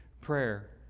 prayer